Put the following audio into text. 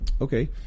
Okay